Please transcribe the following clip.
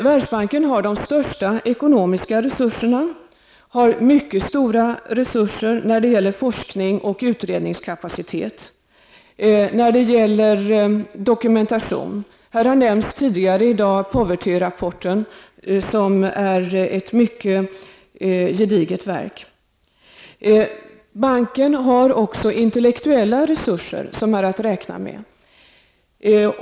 Världsbanken har de största ekonomiska resurserna, mycket stora resurser när det gäller forskning och utredningskapacitet och när det gäller dokumentation. Tidigare i dag har povertyrapporten nämnts, som är ett mycket gediget verk. Banken har också intellektuella resurser som är att räkna med.